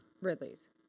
Ridley's